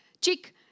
chick